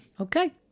okay